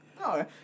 No